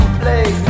play